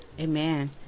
Amen